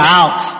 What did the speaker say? out